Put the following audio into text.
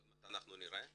עוד מעט נראה זאת.